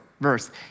verse